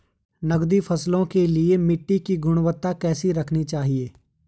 नकदी फसलों के लिए मिट्टी की गुणवत्ता कैसी रखनी चाहिए?